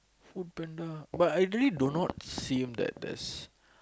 Food-Panda but I really do not seems that there's